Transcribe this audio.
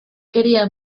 quería